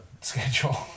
schedule